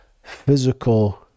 Physical